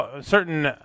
certain